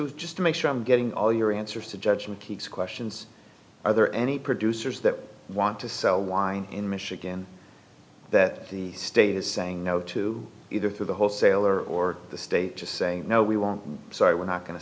of just to make sure i'm getting all your answers to judgement key questions are there any producers that want to sell wine in michigan that the state is saying no to either for the wholesaler or the state just saying no we want sorry we're not going to